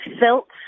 felt